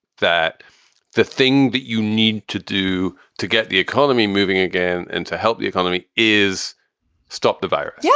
that the thing that you need to do to get the economy moving again and to help the economy is stop the virus. yeah